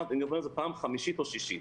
אני אומר את זה פעם חמישית או שישית.